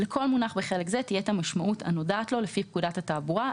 לכל מונח בחלק זה תהיה המשמעות הנודעת לו לפי פקודת התעבורה,